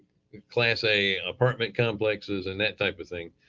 class a apartment complexes and that type of thing.